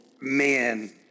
Man